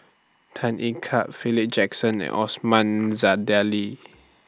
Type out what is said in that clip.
Tan Ean Car Philip Jackson and Osman